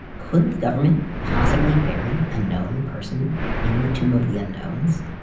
could the government possibly bury a known person in the tomb of the unknowns,